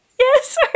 Yes